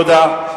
תודה.